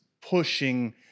pushing